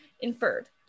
inferred